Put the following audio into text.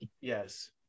Yes